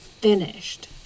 finished